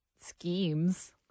schemes